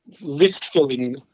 list-filling